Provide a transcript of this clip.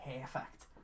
perfect